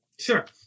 Sure